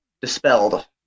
dispelled